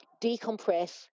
decompress